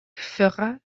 fera